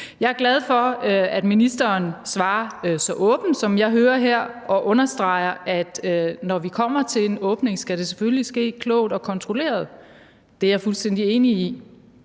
Jeg er glad for, at ministeren svarer så åbent, som jeg hører her, og understreger, at når vi kommer til en åbning, skal det selvfølgelig ske klogt og kontrolleret, hvilket jeg er fuldstændig enig i.